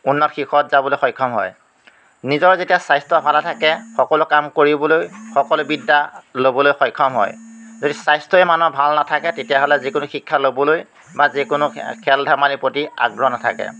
উন্নত শীৰ্ষত যাবলৈ সক্ষম হয় নিজৰ যেতিয়া স্বাস্থ্য ভালে থাকে সকলো কাম কৰিবলৈ সকলো বিদ্যা ল'বলৈ সক্ষম হয় যদি স্বাস্থ্যই মানুহৰ ভাল নাথাকে তেতিয়াহ'লে যিকোনো শিক্ষা ল'বলৈ বা যিকোনো খেল ধেমালিৰ প্ৰতি আগ্ৰহ নাথাকে